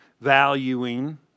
valuing